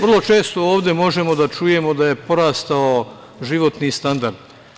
Vrlo često ovde možemo da čujemo da je porastao životni standard.